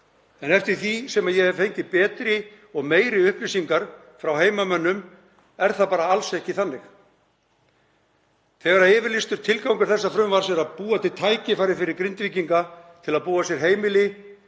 en eftir því sem ég hef fengið betri og meiri upplýsingar frá heimamönnum er það bara alls ekki þannig. Þegar yfirlýstur tilgangur þessa frumvarps er að búa til tækifæri fyrir Grindvíkinga til að búa sér heimili